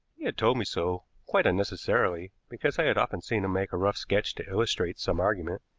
he had told me so quite unnecessarily, because i had often seen him make a rough sketch to illustrate some argument,